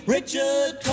Richard